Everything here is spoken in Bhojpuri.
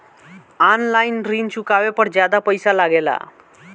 आन लाईन ऋण चुकावे पर ज्यादा पईसा लगेला?